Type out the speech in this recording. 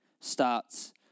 starts